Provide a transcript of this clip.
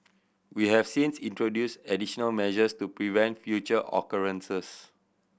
we have since introduced additional measures to prevent future occurrences